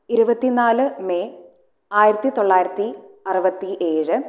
ഇരുപത്തി നാല് മേയ് ആയിരത്തിതൊള്ളയിരത്തി അറുപത്തി ഏഴ്